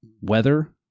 weather